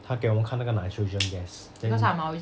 他给我们看那个 nitrogen gas then